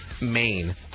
Maine